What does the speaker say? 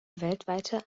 weltweite